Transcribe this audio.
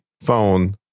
phone